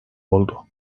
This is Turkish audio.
oldu